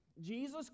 Jesus